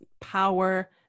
power